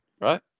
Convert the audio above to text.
right